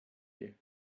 you